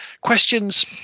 questions